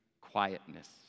quietness